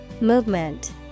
Movement